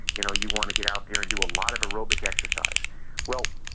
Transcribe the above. you know, you want to get out there and do a lot of aerobic exercise well,